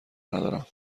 ندارم